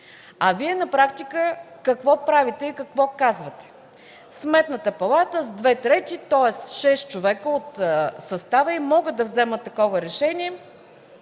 А Вие на практика какво правите и какво казвате?! Сметната палата с две трети – тоест с шест човека от състава си, може да вземе такова решение.